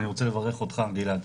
אני רוצה לברך אותך גלעד,